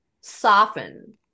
soften